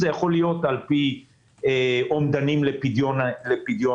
זה יכול להיות על פי אומדנים לפדיון העסקים.